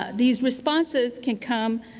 ah these responses can come,